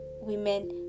women